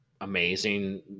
amazing